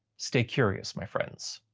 stay curious my friend.